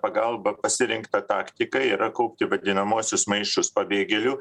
pagalba pasirinkta taktika yra kaupti vadinamuosius maišus pabėgėlių